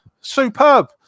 Superb